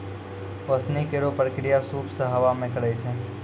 ओसौनी केरो प्रक्रिया सूप सें हवा मे करै छै